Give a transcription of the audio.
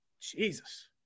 Jesus